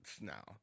now